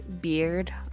beard